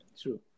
True